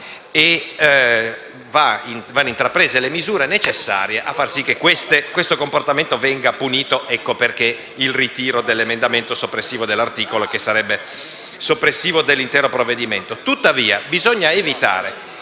E vanno intraprese le misure necessarie a fare sì che questo comportamento venga punito. Ecco perché vi è il ritiro dell'emendamento 1.200 soppressivo dell'articolo che sarebbe soppressivo dell'intero provvedimento. Tuttavia bisogna evitare